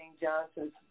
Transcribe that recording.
Johnson